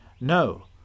No